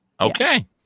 Okay